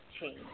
change